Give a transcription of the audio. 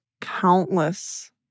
countless